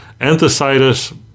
enthesitis